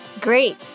Great